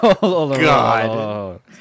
God